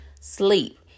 sleep